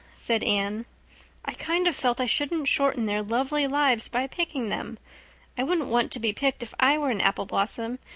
said anne i kind of felt i shouldn't shorten their lovely lives by picking them i wouldn't want to be picked if i were an apple blossom.